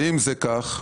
אם זה כך,